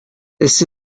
this